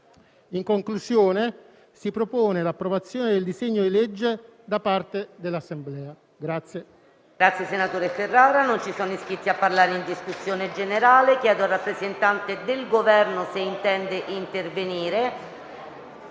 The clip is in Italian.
In conclusione, si propone l'approvazione del disegno di legge da parte dell'Assemblea del